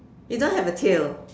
he don't have a tail